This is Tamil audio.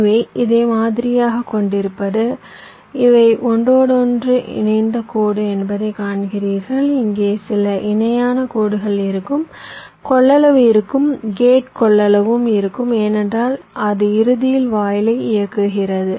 எனவே இதை மாதிரியாகக் கொண்டிருப்பது இவை ஒன்றோடொன்று இணைந்த கோடு என்பதை காண்கிறீர்கள் இங்கே சில இணையான கோடுகள் இருக்கும் கொள்ளளவு இருக்கும் கேட் கொள்ளளவும் இருக்கும் ஏனென்றால் அது இறுதியில் வாயிலை இயக்குகிறது